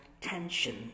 tension